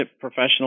professional